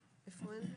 אני אתי כהן,